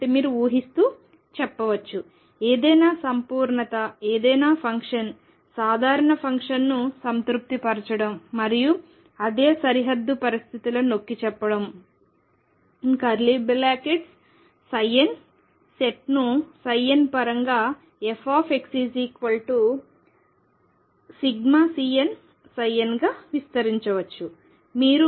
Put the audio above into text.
కాబట్టి మీరు ఊహిస్తూ చెప్పవచ్చు ఏదైనా సంపూర్ణత ఏదైనా ఫంక్షన్ సాధారణ ఫంక్షన్ను సంతృప్తి పరచడం మరియు అదే సరిహద్దు పరిస్థితులను నొక్కి చెప్పడం n సెట్ను n పరంగా fx∑Cnn గా విస్తరించవచ్చు